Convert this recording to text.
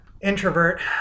Introvert